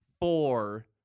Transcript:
four